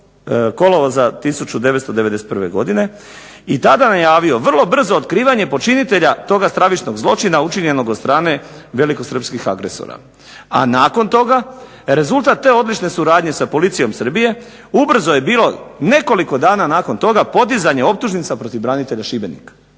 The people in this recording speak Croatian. kolovoza 1991. i tada najavio vrlo brzo otkrivanje počinitelja toga stravičnog zločina učinjenog od strane velikosrpskih agresora. A nakon toga rezultat te odlične suradnje sa policijom Srbije ubrzo je bio nekoliko dana nakon toga podizanje optužnica protiv branitelja Šibenika.